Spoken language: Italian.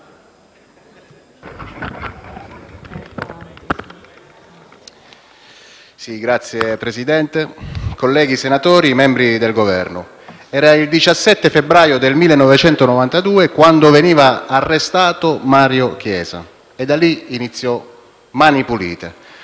Signor Presidente, colleghi senatori, membri del Governo, era il 17 febbraio 1992 quando veniva arrestato Mario Chiesa; da lì iniziò Mani pulite,